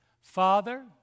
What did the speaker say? Father